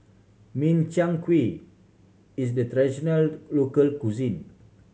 Min Chiang Kueh is the traditional local cuisine